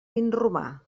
vinromà